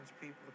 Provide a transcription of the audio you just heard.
people